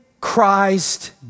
Christ